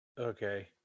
Okay